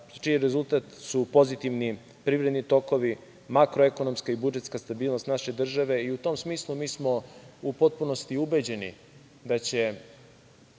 čiji rezultat su pozitivni privredni tokovi, makroekonomska i budžetska stabilnost naše države. U tom smislu, mi smo u potpunosti ubeđeni da